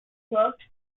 worked